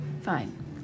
Fine